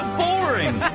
boring